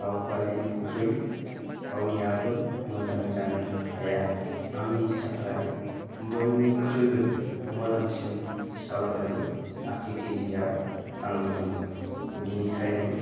सावगारिनिख्रुइ रावनियाबो मोजां जानो हाया आंनि थाखाय बयनिख्रुइबो मोजांसिन सावगारि आखिगिरिया आंनोमोन बेनिखायनो